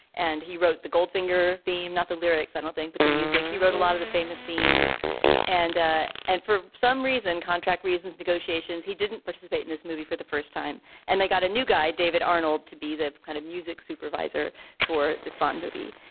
and he wrote the goldfinger theme not the lyrics on anything but the music he wrote a lot of the famous themes and. ah and for some reason contract reasons negotiations he didn't participate in this movie for the first time and they got a new guy david arnold to be the kind of music supervisor for this bond movie.